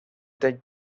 the